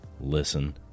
listen